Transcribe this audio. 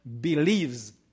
believes